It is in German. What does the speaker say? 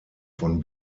von